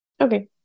Okay